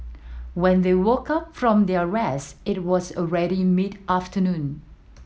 when they woke up from their rest it was already mid afternoon